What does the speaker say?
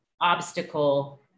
obstacle